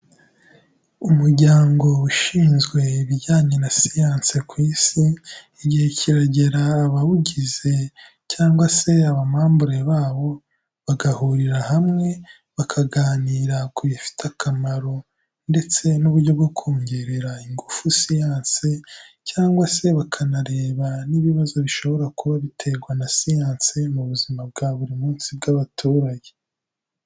Umuryango ushinzwe ibijyanye na siyanse ku isi, igihe kiragera abawugize cyangwa se abamambure bawo, bagahurira hamwe, bakaganira kubifite akamaro ndetse n'uburyo bwo kongerera ingufu siyanse, cyangwa se bakanareba n'ibibazo bishobora kuba biterwa na siyanse mu buzima bwa buri munsi bw'abaturage.